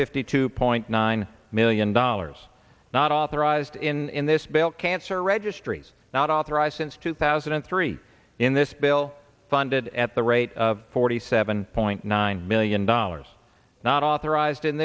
fifty two point nine million dollars not authorized in this bill cancer registries not authorized since two thousand and three in this bill funded at the rate of forty seven point nine million dollars not authorized